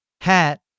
Hat